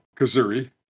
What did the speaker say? Kazuri